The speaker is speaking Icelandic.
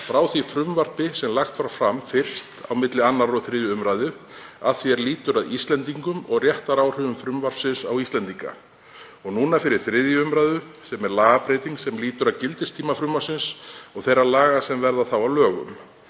frá því frumvarpi sem lagt var fram fyrst á milli 2. og 3. umr. að því er lýtur að Íslendingum og réttaráhrifum frumvarpsins á Íslendinga — og núna fyrir 3. umr. sem er lagabreyting sem lýtur að gildistíma frumvarpsins og þeirra laga sem verða þá að lögum.